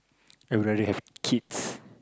I rather have kids